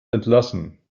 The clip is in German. entlassen